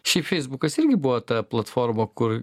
šiaip feisbukas irgi buvo ta platforma kur